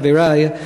חברי,